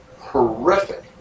horrific